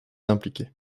impliquée